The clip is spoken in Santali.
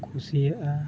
ᱠᱩᱥᱤᱭᱟᱜᱼᱟ